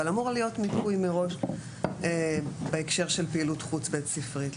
אבל אמור להיות מיפוי מראש בהקשר של פעילות חוץ בית ספרית,